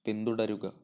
പിന്തുടരുക